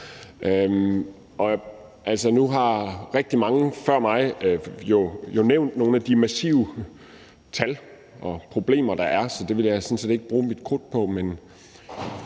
nu har rigtig mange før mig jo nævnt nogle af de tal, der viser, hvilke massive problemer der er, så det vil jeg sådan set ikke bruge mit krudt på.